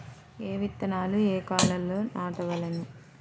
ఏ విత్తనాలు ఏ కాలాలలో నాటవలెను?